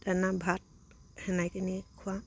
দানা ভাত সেনেকে নি খোৱা